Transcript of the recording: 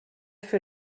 fer